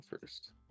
first